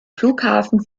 flughafen